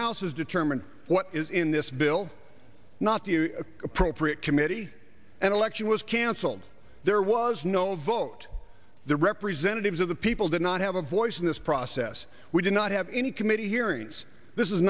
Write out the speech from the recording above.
house is determined what is in this bill not appropriate committee and election was canceled there was no vote the representatives of the people did not have a voice in this process we did not have any committee hearings this is